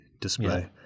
display